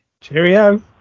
Cheerio